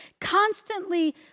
constantly